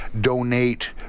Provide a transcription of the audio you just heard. donate